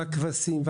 הכבשים,